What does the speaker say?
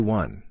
one